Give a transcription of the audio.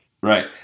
Right